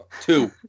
two